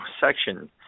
section